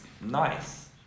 Nice